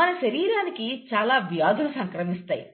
మన శరీరానికి చాలా వ్యాధులు సంక్రమిస్తాయి